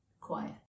Quiet